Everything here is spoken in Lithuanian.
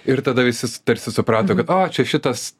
ir tada visi tarsi suprato kad o čia šitas